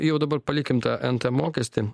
jau dabar palikim tą nt mokestį